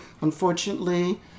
Unfortunately